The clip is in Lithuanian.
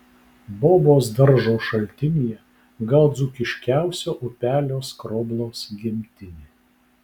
bobos daržo šaltinyje gal dzūkiškiausio upelio skroblaus gimtinė